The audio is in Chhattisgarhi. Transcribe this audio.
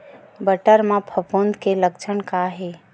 बटर म फफूंद के लक्षण का हे?